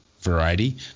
variety